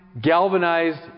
galvanized